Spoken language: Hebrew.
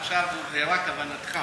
עכשיו הובהרה כוונתך.